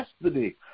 yesterday